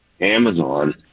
Amazon